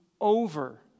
over